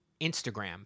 Instagram